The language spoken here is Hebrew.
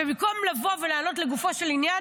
ובמקום לבוא ולענות לגופו של עניין,